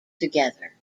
together